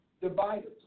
dividers